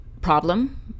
problem